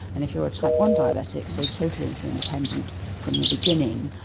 and if you are a type one diabetic, so totally insulin-dependent from the beginning,